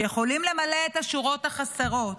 שיכולים למלא את השורות החסרות,